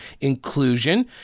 inclusion